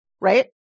right